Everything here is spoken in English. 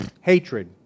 Hatred